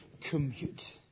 commute